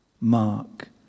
mark